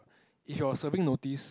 if you're serving notice